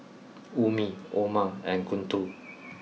Ummi Omar and Guntur